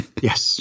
Yes